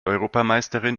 europameisterin